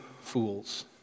fools